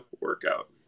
workout